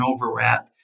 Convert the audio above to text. overwrap